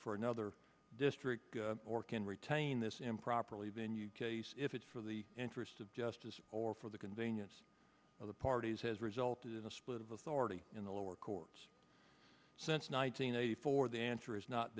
for another district or can retain this improperly venue if it's for the interest of justice or for the convenience of the parties has resulted in a split of authority in the lower court since nineteen eighty four the answer is not